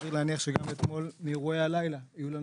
וסביר להניח שגם מאירועי הלילה אתמול יהיו לנו